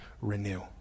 renew